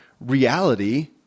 reality